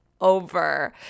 over